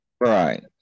Right